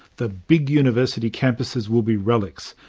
the big university campuses will be relics.